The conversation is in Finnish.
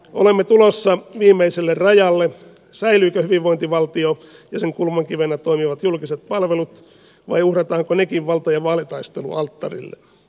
olemme tulossa viimeiselle rajalle säilyykö hyvinvointivaltio ja sen kulmakivenä toimivat julkiset palvelut vai uhrataanko nekin valta ja vaalitaistelualttarille